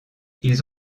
ils